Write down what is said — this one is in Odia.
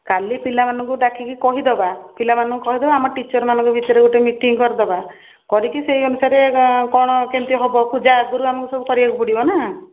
କାଲି ପିଲାମାନଙ୍କୁ ଡାକିକି କହି ଦେବା ପିଲାମାନଙ୍କୁ କହିଦବା ଆମ ଟିଚର୍ ମାନଙ୍କ ବିଷୟରେ ଗୋଟେ ମିଟିଙ୍ଗ୍ କରିଦେବା କରିକି ସେଇ ଅନୁସାରେ କ'ଣ କେମିତି ହବ ପୂଜା ଆଗରୁ ଆମକୁ ସବୁ କରିବାକୁ ପଡ଼ିବ ନା